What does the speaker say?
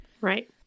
Right